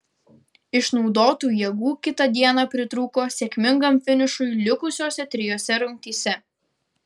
išnaudotų jėgų kitą dieną pritrūko sėkmingam finišui likusiose trijose rungtyse